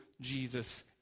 Jesus